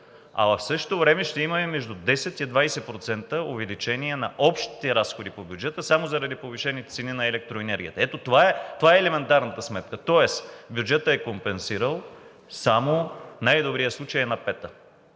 А в същото време ще имаме между 10 и 20% увеличение на общите разходи по бюджета само заради повишените цени на електроенергията. Ето това е елементарната сметка, тоест бюджетът в най-добрия случай е компенсирал